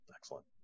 excellent